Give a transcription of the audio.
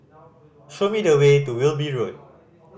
show me the way to Wilby Road